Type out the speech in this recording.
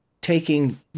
taking